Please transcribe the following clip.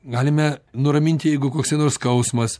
galime nuraminti jeigu koks skausmas